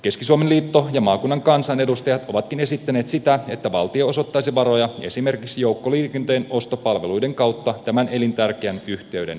keski suomen liitto ja maakunnan kansanedustajat ovatkin esittäneet sitä että valtio osoittaisi varoja esimerkiksi joukkoliikenteen ostopalveluiden kautta tämän elintärkeän yhteyden ylläpitämiseksi